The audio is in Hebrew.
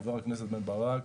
חבר הכנסת בן ברק,